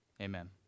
Amen